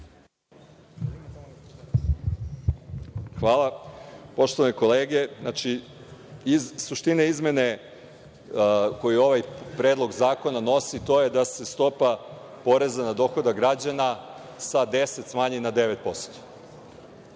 Hvala. Poštovane kolege, suština izmene koju ovaj Predlog zakona nosi jeste da se stopa poreza na dohodak građana sa 10 smanji na 9%.